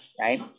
right